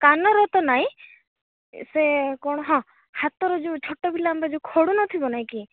କାନର ତ ନାଇଁ ସେ କ'ଣ ହଁ ହାତରେ ଯେଉଁ ଛୋଟ ପିଲାଙ୍କ ଯେଉଁ ଖଡ଼ୁ ନଥିବ ନାଇଁ କି